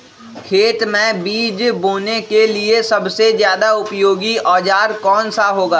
खेत मै बीज बोने के लिए सबसे ज्यादा उपयोगी औजार कौन सा होगा?